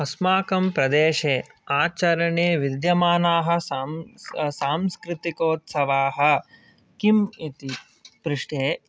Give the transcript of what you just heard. अस्माकं प्रदेशे आचरणे विद्यमानाः सांस्कृतिकोत्सवाः किम् इति पृष्टे